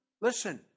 Listen